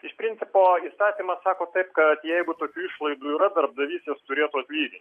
iš principo įstatymas sako taip kad jeigu tokių išlaidų yra darbdavys jas turėtų atlygint